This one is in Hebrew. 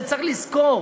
וצריך לזכור